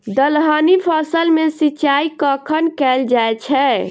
दलहनी फसल मे सिंचाई कखन कैल जाय छै?